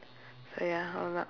so ya